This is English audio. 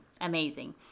Amazing